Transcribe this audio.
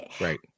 Right